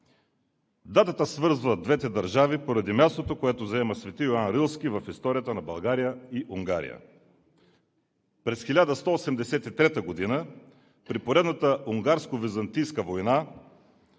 Датата свързва двете държави поради мястото, което заема св. Йоан Рилски в историята на България и Унгария. През 1183 г. при поредната Унгарско-византийска война